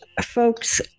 folks